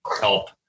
help